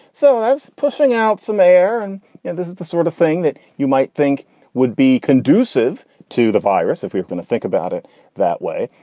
so that's pushing out somewhere. and this is the sort of thing that you might think would be conducive to the virus if we're going to think about it that way,